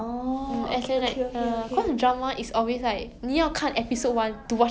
那个 episode itself right it's s like a whole story itself that's why I prefer